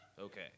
Okay